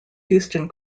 houston